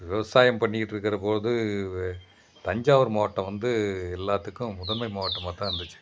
விவசாயம் பண்ணிக்கிட்டுருக்குற போது தஞ்சாவூர் மாவட்டம் வந்து எல்லாத்துக்கும் முதன்மை மாவட்டமாக தான் இருந்துச்சு